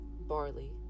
barley